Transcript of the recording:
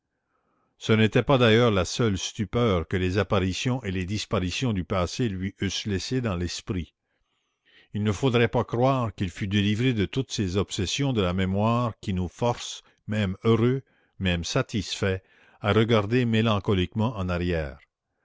ce n'était pas d'ailleurs la seule stupeur que les apparitions et les disparitions du passé lui eussent laissée dans l'esprit il ne faudrait pas croire qu'il fût délivré de toutes ces obsessions de la mémoire qui nous forcent même heureux même satisfaits à regarder mélancoliquement en arrière